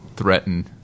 Threaten